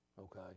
okay